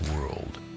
world